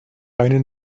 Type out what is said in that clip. eine